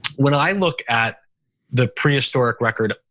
when i look at the prehistoric record,